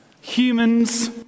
humans